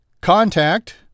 Contact